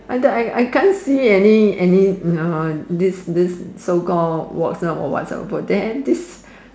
I thought I I can't see any any uh this this so call Watson or whatsoever they have this